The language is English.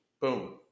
Boom